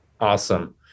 Awesome